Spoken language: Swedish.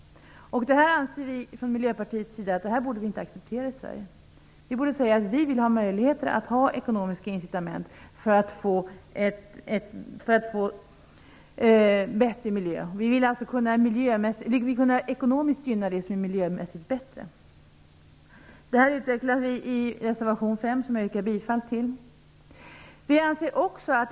Vi i Miljöpartiet anser att vi inte borde acceptera detta i Sverige. Vi borde säga att vi vill ha möjligheter att ha ekonomiska incitament för att få en bättre miljö. Vi vill kunna ekonomiskt gynna det som är miljömässigt bättre. Det utvecklar vi i reservation 5, som jag yrkar bifall till.